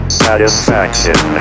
satisfaction